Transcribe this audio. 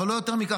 אבל לא יותר מכך,